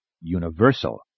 universal